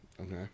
okay